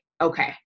okay